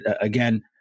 again